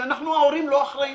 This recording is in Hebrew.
שאנחנו ההורים לא אחראים,